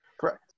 Correct